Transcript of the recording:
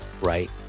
right